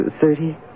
Thirty